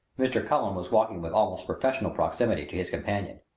mr. cullen was walking with almost professional proximity to his companion.